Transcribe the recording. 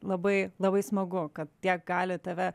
labai labai smagu kad tiek gali tave